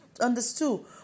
understood